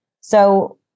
So-